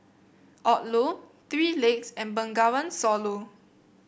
Odlo Three Legs and Bengawan Solo